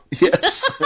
Yes